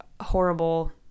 horrible